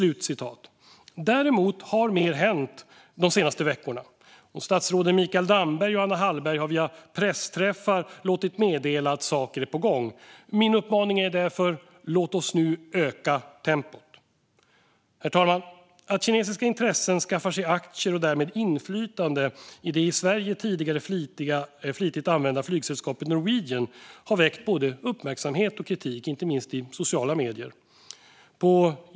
Däremot har mer hänt de senaste veckorna. Statsråden Mikael Damberg och Anna Hallberg har via pressträffar låtit meddela att saker är på gång. Min uppmaning är därför: Låt oss nu öka tempot! Herr talman! Att kinesiska intressen skaffar sig aktier och därmed inflytande i det i Sverige tidigare flitigt använda flygsällskapet Norwegian har väckt både uppmärksamhet och kritik, inte minst i sociala medier.